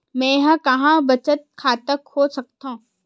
मेंहा कहां बचत खाता खोल सकथव?